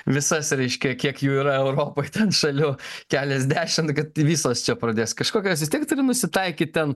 visas reiškia kiek jų yra europoj ten šalių keliasdešimt kad visos čia pradės kažkokias vis tiek turi nusitaikyt ten